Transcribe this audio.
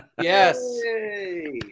yes